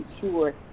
sure